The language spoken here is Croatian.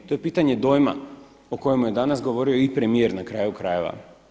To je pitanje dojma o kojemu je danas govorio i premijer na kraju krajeva.